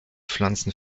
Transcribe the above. pflanzen